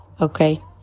Okay